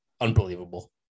unbelievable